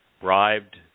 bribed